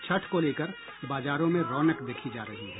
छठ को लेकर बाजारों में रौनक देखी जा रही है